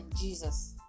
Jesus